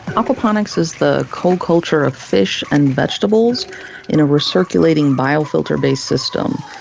aquaponics is the co-culture of fish and vegetables in a recirculating biofilter-based system.